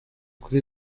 kuri